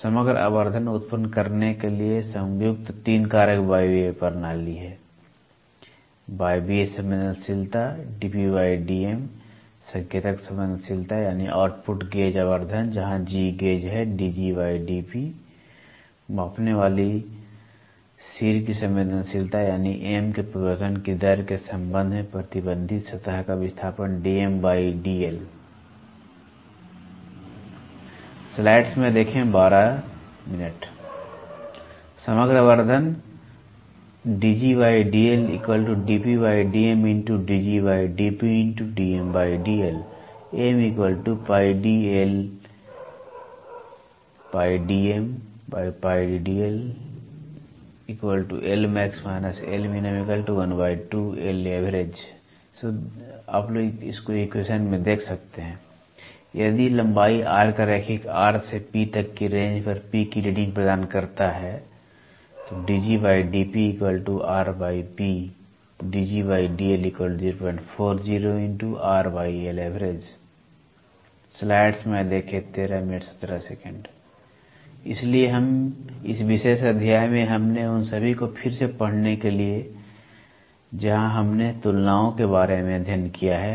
समग्र आवर्धन उत्पन्न करने के लिए संयुक्त तीन कारक वायवीय प्रणाली हैं • वायवीय संवेदनशीलता संकेतक संवेदनशीलता यानी आउटपुट गेज आवर्धन जहां G गेज है मापने वाली सिर की संवेदनशीलता यानी M के परिवर्तन की दर के संबंध में प्रतिबंधित सतह का विस्थापन समग्र आवर्धन dG dp × dG × dM dL dM dp dL M πDL∧dM πD dL यदि लंबाई R का रैखिक R से P तक की रेंज पर पी की रीडिंग प्रदान करता है इसलिए इस विशेष अध्याय में हमने उन सभी को फिर से पढ़ने के लिए जहां हमने तुलनाओं के बारे में अध्ययन किया है